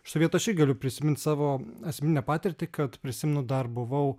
iš sovietų aš irgi galiu prisiminti savo asmeninę patirtį kad prisimenu dar buvau